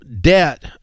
debt